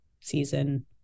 season